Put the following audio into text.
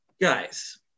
guys